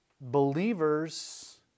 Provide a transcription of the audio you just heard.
believers